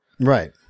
Right